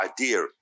idea